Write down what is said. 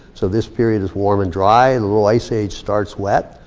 so this period is warm and dry. a and little ice age starts wet,